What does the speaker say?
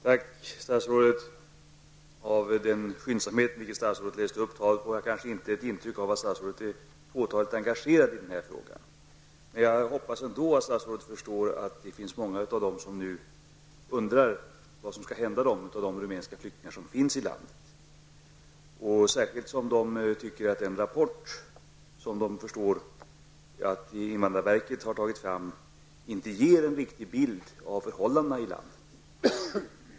Herr talman! Tack, statsrådet. Av den skyndsamhet med vilken statsrådet läste upp svaret får jag kanske inte intryck av att statsrådet är påtagligt engagerad i den här frågan. Men jag hoppas ändå att statsrådet förstår att många av de rumänska flyktingar som finns i landet nu undrar vad som skall hända med dem, särskilt som de tycker att den rapport som de förstår att invandrarverket har tagit fram inte ger en riktig bild av förhållandena i landet.